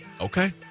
Okay